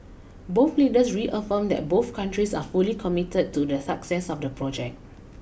both leaders reaffirmed that both countries are fully committed to the success of the project